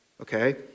Okay